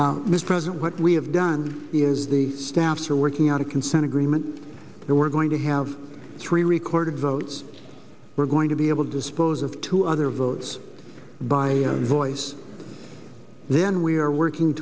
ms present what we have done here is the staffs are working out a consent agreement that we're going to have three recorded votes we're going to be able to dispose of two other votes by voice and then we are working